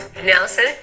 nelson